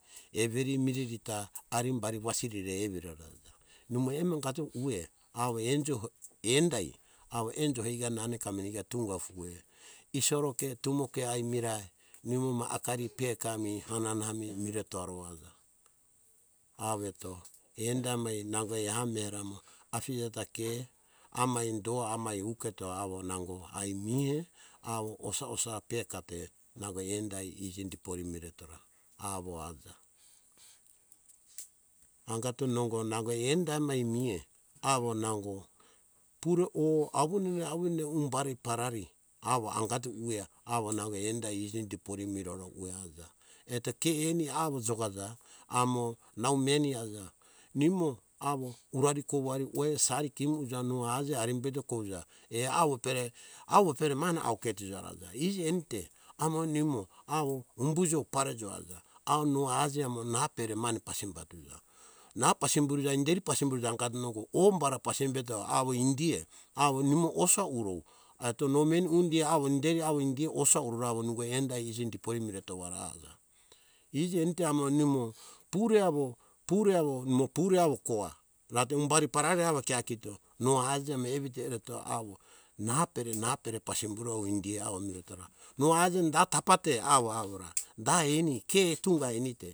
Everi mireri ta arimbari wasiri re evira ro aja, nimo emengato ueh awo endai awo enjo hoika nunga ufoe ke tumo ke ai mirai nimo ma akari peka mi hanenami miretoa ro aja avo eto endai nango eha mera amo afija ta ke amai do ami uketo nango ai miea awo osa - osa pekate nango endai iji dipori ba miretora awo aja. Angatongo enda emai miea awo nango pur o avunde - avunda humbari parari awo angato ueh o nango endai iji dipori be mirora ueh aja, eto ke eni awo jokaja amo nau meni aja. nimo awo urari kovari oeh sari kimu uja ma no aje haimbeto kuja. Eh awo pere awo mane auh ketuja aja iji enite awo nimo humbujo parejo mane pasemtuja na pasimburuja inderi pasimuruja angato nongo o bara pasimbeto indiea awo nimo osa urou eto no meni undi awo inderi awo indiea osa uro awo ningo endai iji dipori metova ro aja. Iji enite amo nimo pure awo nimo pure awo koa rate humbari parari awo kiae kito no aja amo evito au napere - napere basimuro pasimburo awo indiea metora no aje da tapa te awo awora, da eni ke tunga enite.